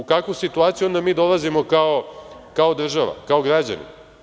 U kakvu situaciju mi dolazimo, kao država, kao građani?